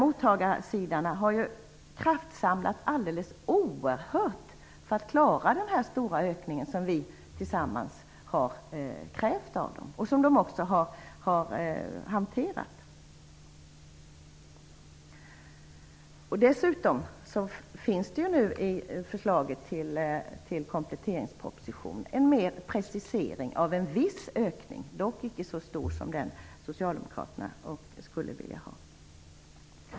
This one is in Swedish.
Mottagarsidan har kraftsamlat sig alldeles oerhört för att klara den stora ökning som vi tillsammans har krävt av den. Dessutom finns i kompletteringspropositionen ett förslag till en viss ökning, dock inte så stor som socialdemokraterna skulle vilja ha.